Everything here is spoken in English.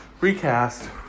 recast